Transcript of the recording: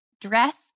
dress